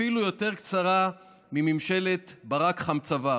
אפילו יותר קצרה מממשלת ברק-חם-צוואר.